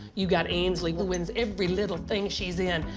you got anslee, who wins every little thing she's in.